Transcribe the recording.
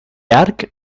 hark